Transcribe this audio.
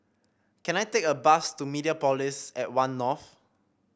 can I take a bus to Mediapolis at One North